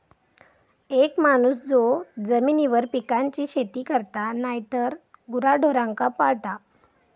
एक माणूस जो जमिनीवर पिकांची शेती करता नायतर गुराढोरांका पाळता